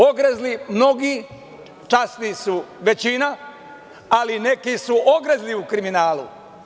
Ogrezli mnogi, časni su većina, ali neki su ogrezli u kriminalu.